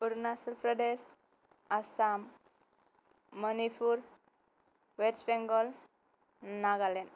Arunachal Pradesh Assam Manipur West Bengal Nagaland